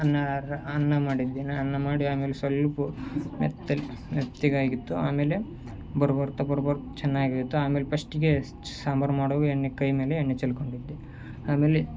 ಅನ್ನ ರ ಅನ್ನ ಮಾಡಿದ್ದೇನೆ ಅನ್ನ ಮಾಡಿ ಆಮೇಲೆ ಸ್ವಲ್ಪ ಮೆತ್ತಗೆ ಮೆತ್ತಗಾಗಿತ್ತು ಆಮೇಲೆ ಬರು ಬರ್ತ ಬರು ಬರ್ತ ಚೆನ್ನಾಗಿತ್ತು ಆಮೇಲೆ ಪಸ್ಟಿಗೆ ಸಾಂಬಾರು ಮಾಡುವಾಗ ಎಣ್ಣೆ ಕೈಮೇಲೆ ಎಣ್ಣೆ ಚೆಲ್ಕೊಂಡಿದ್ದೆ ಆಮೇಲೆ